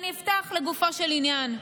אפתח לגופו של עניין.